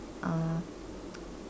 uh